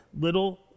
little